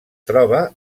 troba